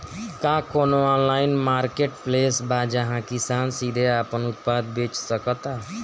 का कोनो online marketplace बा जहां किसान सीधे अपन उत्पाद बेच सकता?